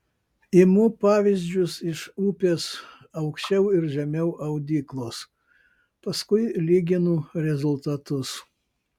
imu pavyzdžius iš upės aukščiau ir žemiau audyklos paskui lyginu rezultatus